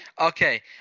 Okay